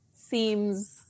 seems